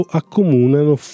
accomunano